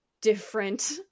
different